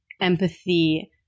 empathy